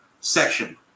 section